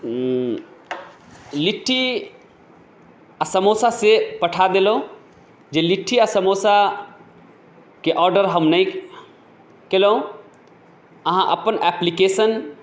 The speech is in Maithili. लिट्टी आओर समोसा से पठा देलहुँ जे लिट्टी आओर समोसाके ऑर्डर हम नहि केलहुँ अहाँ अपन एप्लीकेशन